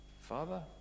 Father